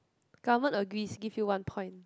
government agrees give you one point